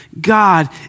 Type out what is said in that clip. God